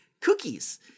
cookies